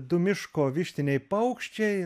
du miško vištiniai paukščiai